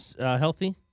Healthy